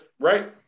Right